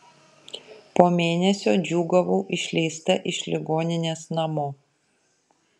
po mėnesio džiūgavau išleista iš ligoninės namo